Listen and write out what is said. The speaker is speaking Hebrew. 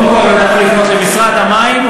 קודם כול אפשר לפנות למשרד המים,